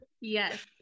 Yes